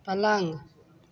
पलंग